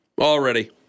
Already